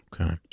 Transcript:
Okay